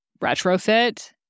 retrofit